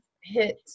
hit